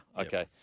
okay